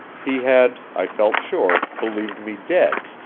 he had, i felt sure, believed me dead,